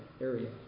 area